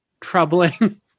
troubling